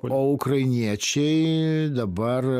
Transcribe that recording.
o ukrainiečiai dabar